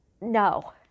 no